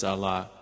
Allah